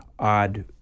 odd